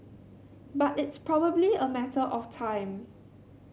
but it's probably a matter of time